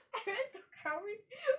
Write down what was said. I went to krabi